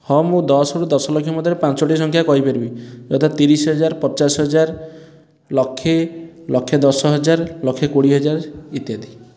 ହଁ ମୁଁ ଦଶରୁ ଦଶ ଲକ୍ଷ ମଧ୍ୟରେ ପାଞ୍ଚଟି ସଂଖ୍ୟା କହିପାରିବି ଯଥା ତିରିଶ ହଜାର ପଚାଶ ହଜାର ଲକ୍ଷେ ଲକ୍ଷେ ଦଶ ହଜାର ଲକ୍ଷେ କୋଡ଼ିଏ ହଜାର ଇତ୍ୟାଦି